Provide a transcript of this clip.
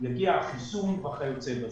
לפי החיסון וכיוצא בזה.